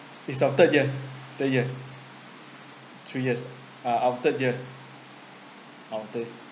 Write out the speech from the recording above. it's our third year third year three years uh our third year our third